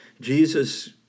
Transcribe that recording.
Jesus